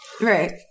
Right